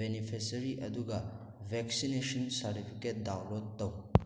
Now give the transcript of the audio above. beneficiary ꯑꯗꯨꯒ vaccination certificate download ꯇꯧ